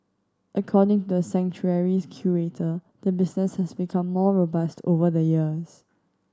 according to the sanctuary's curator the business has become more robust over the years